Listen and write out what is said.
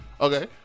Okay